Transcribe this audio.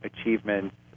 achievements